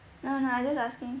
no no I just asking